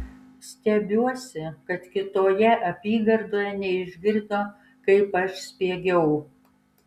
stebiuosi kad kitoje apygardoje neišgirdo kaip aš spiegiau